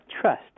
trust